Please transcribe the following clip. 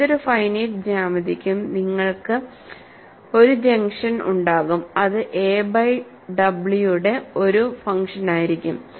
ഏതൊരു ഫൈനൈറ്റ് ജ്യാമിതിക്കും നിങ്ങൾക്ക് ഒരു ഫംഗ്ഷൻ ഉണ്ടാകുംഅത് എ ബൈ w യുടെ ഒരു ഫംഗ്ഷനായിരിക്കും